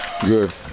Good